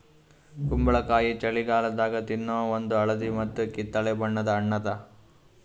ಕುಂಬಳಕಾಯಿ ಛಳಿಗಾಲದಾಗ ತಿನ್ನೋ ಒಂದ್ ಹಳದಿ ಮತ್ತ್ ಕಿತ್ತಳೆ ಬಣ್ಣದ ಹಣ್ಣ್ ಅದಾ